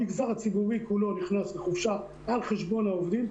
המגזר הציבורי כולו נכנס לחופשה על חשבון העובדים,